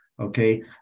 okay